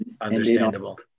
understandable